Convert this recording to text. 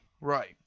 Right